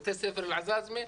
בית ספר אל עזאזמה.